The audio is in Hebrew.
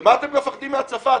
ומה אתם מכבדים מהצפה?